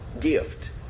gift